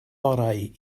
orau